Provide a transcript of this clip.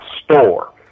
store